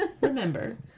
Remember